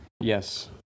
yes